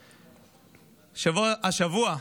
השבוע,